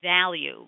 value